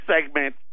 segment